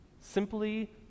simply